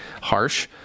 harsh